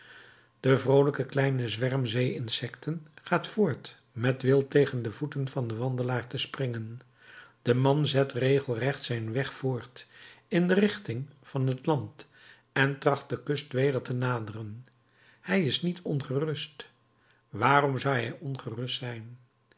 de vroolijke kleine zwerm zee insecten gaat voort met wild tegen de voeten van den wandelaar te springen de man zet regelrecht zijn weg voort in de richting van het land en tracht de kust weder te naderen hij is niet ongerust waarom zou hij ongerust zijn